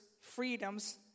freedoms